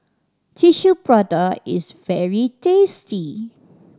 Tissue Prata is very tasty